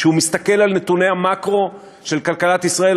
כשהוא מסתכל על נתוני המקרו של כלכלת ישראל.